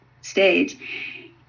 stage